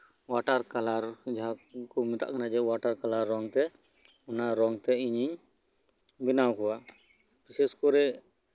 water colour ᱡᱟᱦᱟᱸ ᱠᱚ ᱡᱟᱦᱟᱸ ᱠᱚ ᱢᱮᱛᱟᱜ ᱠᱟᱱᱟ ᱚᱣᱟᱴᱟᱨ ᱠᱟᱞᱟᱨ ᱨᱚᱝ ᱜᱮ ᱚᱱᱟ ᱨᱚᱝ ᱛᱮ ᱤᱧᱤᱧ ᱵᱮᱱᱟᱣ ᱠᱚᱣᱟ ᱵᱤᱥᱮᱥ ᱠᱚᱨᱮ